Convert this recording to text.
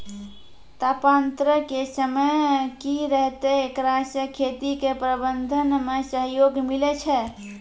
तापान्तर के समय की रहतै एकरा से खेती के प्रबंधन मे सहयोग मिलैय छैय?